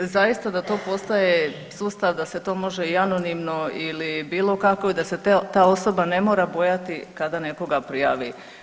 Zaista da to postaje sustav, da se to može i anonimno ili bilo kako i da se ta osoba ne mora bojati kada nekoga prijavi.